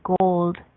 gold